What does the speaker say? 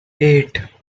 eight